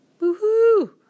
Woohoo